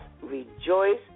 rejoice